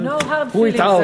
No hard feelings.